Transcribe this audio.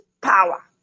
power